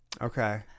Okay